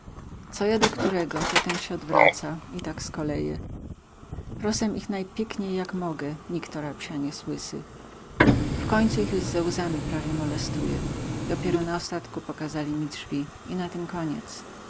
co ja do którego to ten sie odwraca i tak z koleje prosem ich najpiekniej jak mogę niktora psia nie słysy w końcu ich juz ze łzami prawie molestuję dopieroz na ostatku pokazali mi drzwi i na tym koniec